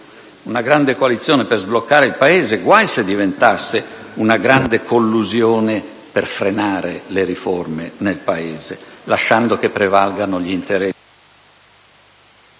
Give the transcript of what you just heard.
una grande coalizione nata per sbloccare il Paese diventasse una grande «collusione» per frenare le riforme nel Paese, lasciando che prevalgano gli interessi...